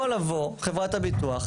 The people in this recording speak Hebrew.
יכולה לבוא חברת הביטוח,